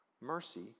mercy